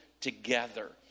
together